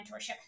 mentorship